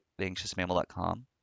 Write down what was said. theanxiousmammal.com